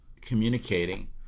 communicating